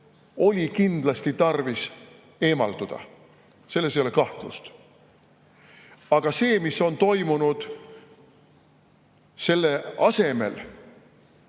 oli kindlasti tarvis eemalduda. Selles ei ole kahtlust. Aga see, mis on toimunud selle asemel,